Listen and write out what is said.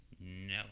no